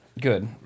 Good